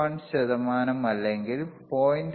201 ശതമാനം അല്ലെങ്കിൽ 0